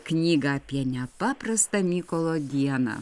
knygą apie nepaprastą mykolo dieną